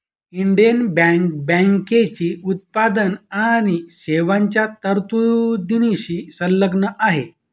Indian bank बँकेची उत्पादन आणि सेवांच्या तरतुदींशी संलग्न आहे